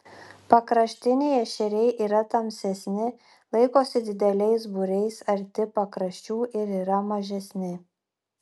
pakraštiniai ešeriai yra tamsesni laikosi dideliais būriais arti pakraščių ir yra mažesni